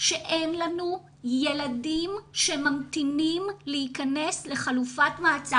אני אומרת שאין לנו ילדים שממתינים להיכנס לחלופת מעצר.